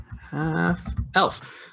half-elf